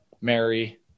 Mary